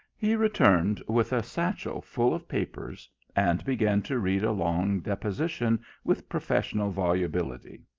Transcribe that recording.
he returned with a satchel full of papers, and began to read a long deposition with professional volubility.